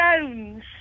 Jones